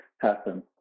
happen